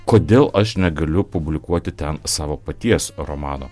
kodėl aš negaliu publikuoti ten savo paties romano